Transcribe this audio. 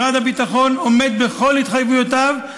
משרד הביטחון עומד בכל התחייבויותיו.